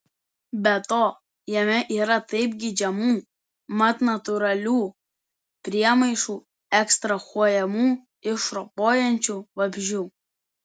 be to jame yra taip geidžiamų mat natūralių priemaišų ekstrahuojamų iš ropojančių vabzdžių